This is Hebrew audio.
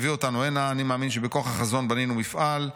אני מאמין שבכוח החזון בנינו המפעל,